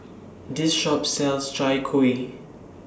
This Shop sells Chai Kuih